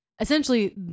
essentially